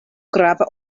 grava